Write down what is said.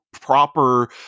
proper –